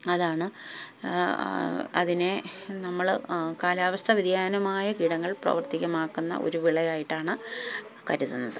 അതാണ് അതിനെ നമ്മള് കാലാവസ്ഥ വ്യതിയാനമായ കീടങ്ങൾ പ്രാവർത്തികമാക്കുന്ന ഒരു വിളയായിട്ട് കരുതുന്നത്